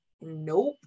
nope